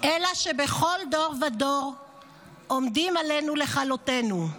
"אלא שבכל דור ודור עומדים עלינו לכלותנו,